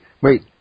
Wait